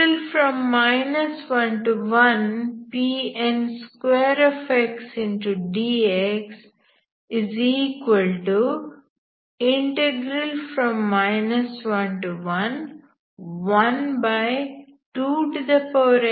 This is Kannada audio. undx 12nn